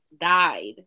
died